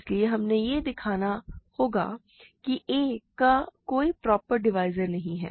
इसलिए हमें यह दिखाना होगा कि a का कोई प्रॉपर डिवाइज़र नहीं है